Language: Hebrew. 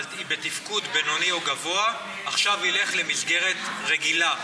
בתפקד בינוני או גבוה עכשיו ילך למסגרת רגילה,